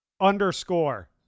Underscore